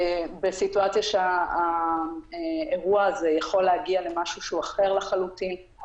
בסיטואציה שהאירוע הזה יכול להגיע למשהו שהוא אחר לחלוטין.